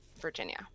Virginia